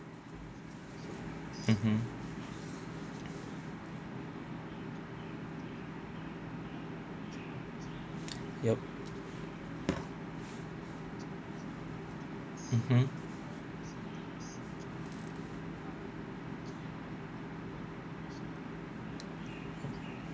mmhmm yup mmhmm